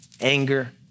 anger